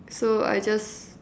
so I just